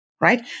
Right